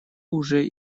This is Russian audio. уже